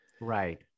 Right